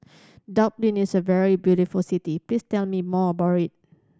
Dublin is a very beautiful city please tell me more about it